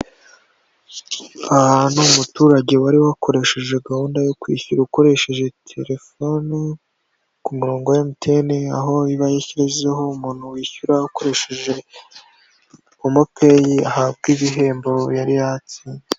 Aha n’umuturage wari wakoresheje gahunda yo kwishyura ukoresheje telefone ku murongo wa MTN, aho yashyizeho umuntu wishyura akoresheje MOMO pay ahabwa igihembo, yari yatsinze.